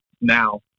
now